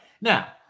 Now